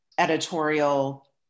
editorial